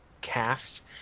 cast